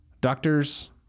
doctors